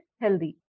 healthy